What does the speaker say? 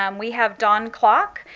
um we have dawn klock,